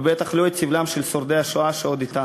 ובטח לא את סבלם של שורדי השואה שעוד אתנו.